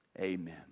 amen